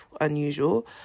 unusual